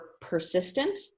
persistent